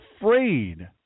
afraid